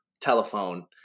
telephone